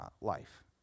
life